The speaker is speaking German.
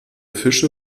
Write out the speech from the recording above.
fische